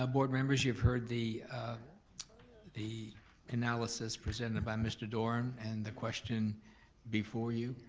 um board members, you have heard the ah the analysis presented by mr. doran, and the question before you.